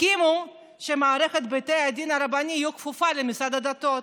הסכימה שמערכת בית הדין הרבני תהיה כפופה למשרד הדתות